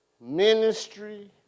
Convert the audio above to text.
ministry